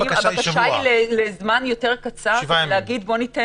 הבקשה היא לזמן יותר קצר כדי לנסות להבין